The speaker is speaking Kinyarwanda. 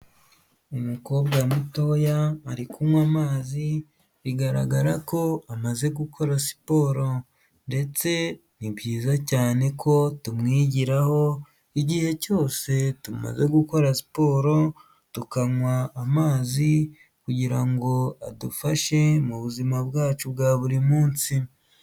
Umukobwa mutoya ari kunywa amazi bigaragara ko amaze gukora siporo ndetse ni byiza cyane ko tumwigiraho igihe cyose tumaze gukora siporo tukanywa amazi, kugirango adufashe mubuzima bwacu bwa buri munsi.